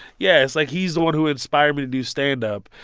yeah. it's like, he's the one who inspired me to do stand-up,